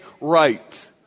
right